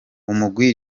umugwi